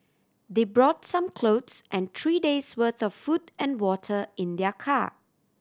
they brought some clothes and three day's worth of food and water in their car